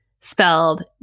spelled